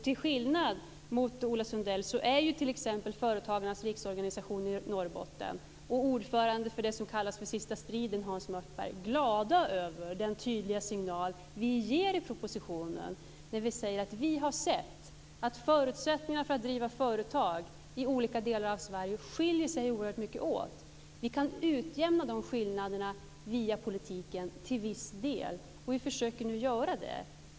Till skillnad från Ola Sundell är t.ex. Företagarnas riksorganisation i Norrbotten och ordföranden för det som kallas Sista striden, Hans Mörtberg, glada över den tydliga signal vi ger i propositionen när vi säger: Vi har sett att förutsättningarna för att driva företag i olika delar av Sverige skiljer sig oerhört mycket åt. Vi kan utjämna de skillnaderna via politiken till viss del, och vi försöker nu göra det.